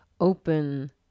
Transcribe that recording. open